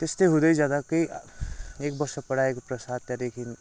त्यस्तै हुँदै जादा केही एक बर्ष पढाएपश्चात त्यहाँदेखि